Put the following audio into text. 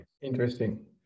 Interesting